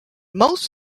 most